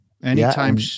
Anytime